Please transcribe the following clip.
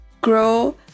grow